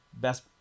best